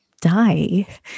die